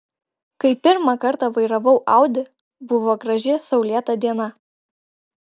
kai pirmą kartą vairavau audi buvo graži saulėta diena